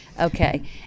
Okay